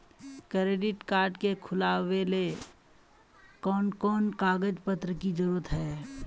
Credit card के खुलावेले कोन कोन कागज पत्र की जरूरत है?